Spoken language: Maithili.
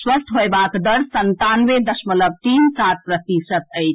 स्वस्थ होएबाक दर संतानवे दशमलव तीन सात प्रतिशत अछि